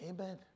Amen